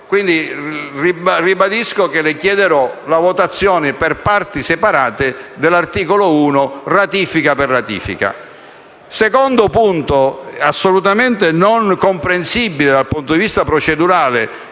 Ribadisco che le chiederò la votazione per parti separate dell'articolo 1, in modo da votare ratifica per ratifica. Vengo al secondo punto, assolutamente non comprensibile dal punto di vista procedurale.